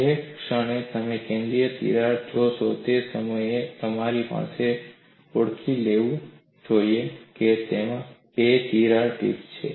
જે ક્ષણે તમે કેન્દ્રીય તિરાડ જોશો તે સમયે તમારે ઓળખી લેવું જોઈએ કે તેમાં બે તિરાડ ટિપ્સ છે